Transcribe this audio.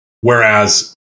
Whereas